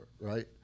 right